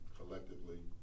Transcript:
collectively